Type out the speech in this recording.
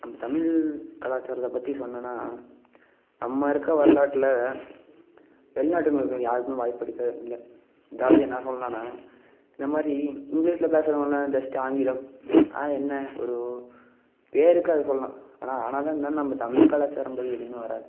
நம்ம தமிழ் கலாச்சாரத்தை பற்றி சொன்னோம்னா நம்ம இருக்க வரலாற்றில் வெளிநாட்டுங்கள்ல இருக்கறவங்களுக்கு யாருக்கும் வாய்ப்பு கிடைக்கிறது இல்லை அதாவது என்ன சொல்கிறேன்னா இந்தமாதிரி இங்கிலிஷில் பேசறவங்க என்ன ஜஸ்ட்டு ஆங்கிலம் அது என்ன ஒரு பேருக்கு அதை சொல்லலாம் ஆனால் ஆனாலும் என்னதான் இருந்தாலும் நம்ம தமிழ் கலாச்சாரம் படி எதுவுமே வராது